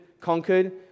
conquered